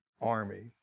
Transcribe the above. army